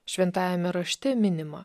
šventajame rašte minima